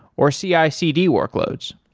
or cicd workloads